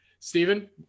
Stephen